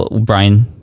Brian